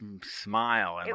smile